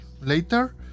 later